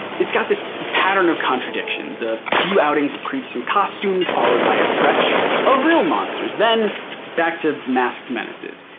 it's got this pattern of contradictions, a few outings of creeps and costumes, followed by a stretch of real monster, then back to masked menaces,